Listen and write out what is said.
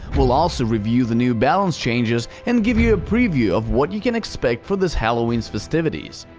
we'll also review the new balance changes, and give you a preview of what you can expect for this halloween's festivities.